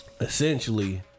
essentially